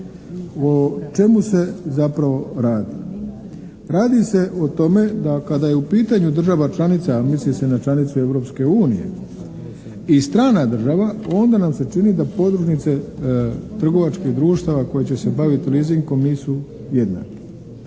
O čemu se zapravo radi? Radi se o tome da kada je u pitanju država članica, a misli se na članicu Europske unije i strana država onda nam se čini da podružnice trgovačkih društava koje će se baviti leasingom nisu jednake.